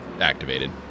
activated